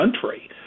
country